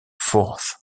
forth